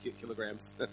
kilograms